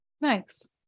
Nice